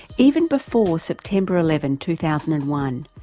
even before september eleven two thousand and one,